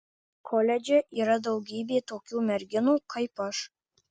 koledže yra daugybė tokių merginų kaip aš